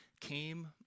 came